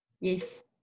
Yes